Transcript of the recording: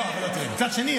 מצד שני,